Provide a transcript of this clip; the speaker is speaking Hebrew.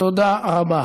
תודה רבה.